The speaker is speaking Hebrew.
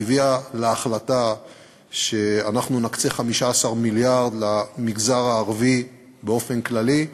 הביאו להחלטה שאנחנו נקצה 15 מיליארד למגזר הערבי באופן כללי.